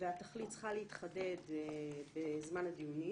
והתכלית צריכה להתחדד בזמן הדיונים.